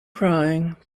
crying